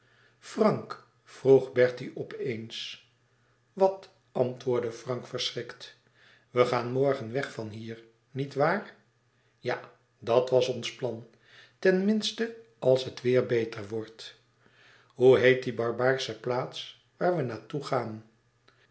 frank vroeg bertie op eens wat antwoordde frank verschrikt we gaan morgen weg van hier nietwaar ja dat was ons plan ten minste als het weêr beter wordt hoe heet die barbaarsche plaats waar we naar toe gaan